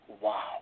Wow